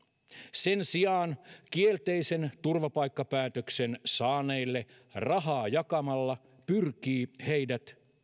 sen sijaan kielteisen turvapaikkapäätöksen saaneille rahaa jakamalla pyrkii heidät